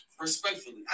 respectfully